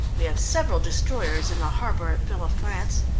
we have several destroyers in the harbour at villafrance.